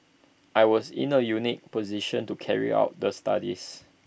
I was in A unique position to carry out the studies